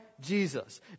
Jesus